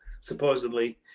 supposedly